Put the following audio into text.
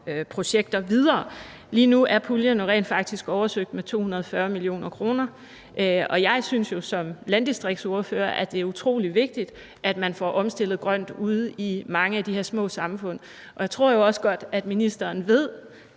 projekter videre. Lige nu er puljen jo rent faktisk oversøgt med 240 mio. kr., og jeg synes som landdistriktsordfører, at det er utrolig vigtigt, at man får omstillet til grøn energi ude i mange af de her små samfund. Jeg tror jo også godt, at ministeren ved,